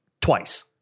twice